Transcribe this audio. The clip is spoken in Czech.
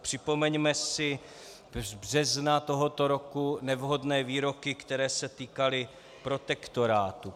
Připomeňme si z března tohoto roku nevhodné výroky, které se týkaly protektorátu.